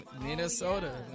Minnesota